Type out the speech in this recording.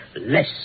less